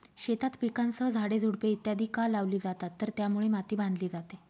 शेतात पिकांसह झाडे, झुडपे इत्यादि का लावली जातात तर त्यामुळे माती बांधली जाते